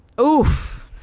Oof